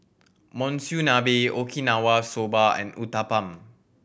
Monsunabe Okinawa Soba and Uthapam